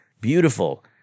beautiful